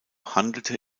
handelte